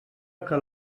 que